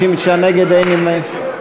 59 נגד, אין נמנעים.